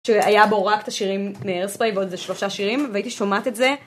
שהיה בו רק את השירים מאייר ספיי, זה שלושה שירים, והייתי שומעת את זה.